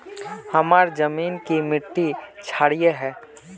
हमार जमीन की मिट्टी क्षारीय है?